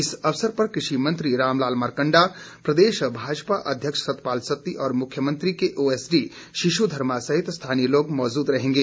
इस अवसर पर कृषि मंत्री रामलाल मारकंडा प्रदेश भाजपा अध्यक्ष सतपाल सत्ती और मुख्यमंत्री के ओएसडी शिशु धर्मा सहित स्थानीय लोग मौजूद रहेंगे